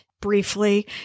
briefly